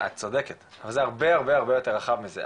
את צודקת, אבל זה הרבה יותר רחב מזה.